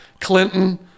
Clinton